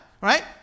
Right